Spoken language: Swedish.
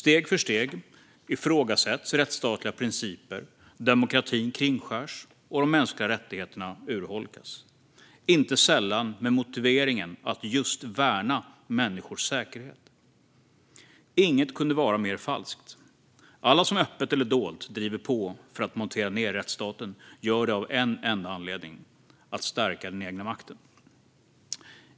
Steg för steg ifrågasätts rättsstatliga principer, demokratin kringskärs och de mänskliga rättigheterna urholkas - inte sällan med motiveringen att just värna människors säkerhet. Inget kunde vara mer falskt. Alla som öppet eller dolt driver på för att montera ned rättsstaten gör det av en enda anledning: att stärka den egna makten.